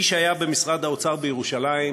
איש היה במשרד האוצר בירושלים,